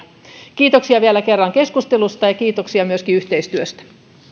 kiitoksia vielä kerran keskustelusta ja kiitoksia myöskin yhteistyöstä